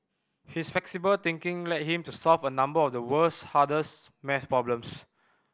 his flexible thinking led him to solve a number of the world's hardest maths problems